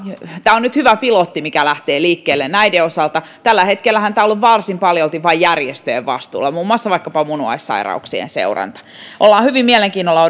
tämä on nyt hyvä pilotti mikä lähtee liikkeelle näiden osalta tällä hetkellähän tämä on ollut varsin paljon vain järjestöjen vastuulla muun muassa vaikkapa munuaissairauksien seuranta olemme hyvin mielenkiinnolla